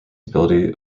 ability